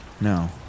No